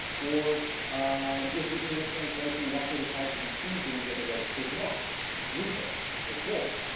or um is the english translation likely to cause confusion with a registered mark. like lupo for wolf.